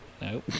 No